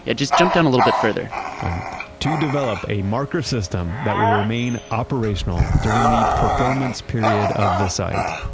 yeah just jump down a little bit further to develop a marker system that will remain operational during the performance period of the site,